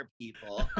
people